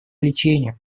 лечению